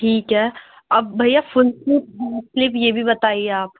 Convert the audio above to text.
ٹھیک ہے اب بھیا فل سلیو یہ بھی بتائیے آپ